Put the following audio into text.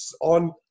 on